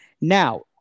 Now